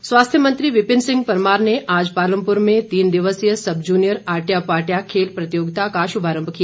परमार स्वास्थ्य मंत्री विपिन सिंह परमार ने आज पालमपुर में तीन दिवसीय सब जुनियर आटया पाटया खेल प्रतियोगिता का शुभारंभ किया